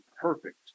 perfect